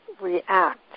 react